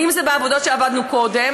אם זה בעבודות שעבדנו קודם,